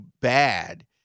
bad